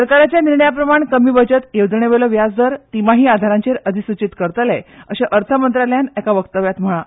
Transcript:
सरकाराच्या ह्या निर्णया प्रमाण कमी बचत येवजणे वयलो व्याजदर तिमाही आधाराचेर अधिसुचीत करतले अशे अर्थ मंत्रालयान एका पत्रकांत म्हळां